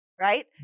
Right